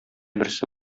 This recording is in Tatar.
берсе